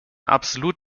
absolut